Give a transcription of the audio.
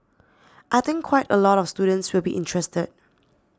I think quite a lot of students will be interested